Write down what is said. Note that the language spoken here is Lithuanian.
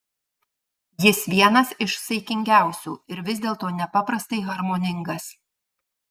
jis vienas iš saikingiausių ir vis dėlto nepaprastai harmoningas